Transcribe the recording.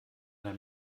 der